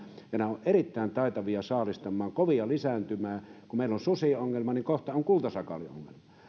nämä ovat erittäin taitavia saalistamaan ja kovia lisääntymään kun meillä on susiongelma niin kohta on kultasakaaliongelma ja